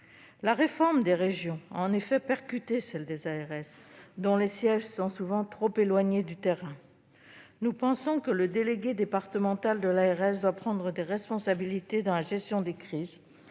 la réforme des régions a percuté celle des ARS, dont les sièges sont souvent trop éloignés du terrain. Nous pensons que le délégué départemental de l'ARS doit prendre des responsabilités dans la gestion des crises,